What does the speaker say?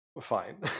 fine